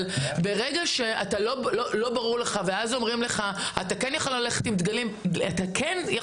ברגע שלא ברור לך ואז אומרים לך שאתה יכול